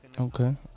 Okay